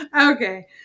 Okay